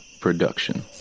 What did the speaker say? production